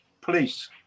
police